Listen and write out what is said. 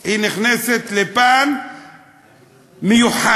היא נכנסת לפן מיוחד,